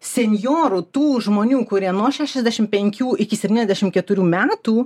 senjorų tų žmonių kurie nuo šešiasdešimt penkių iki septyniasdešimt keturių metų